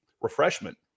refreshment